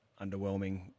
underwhelming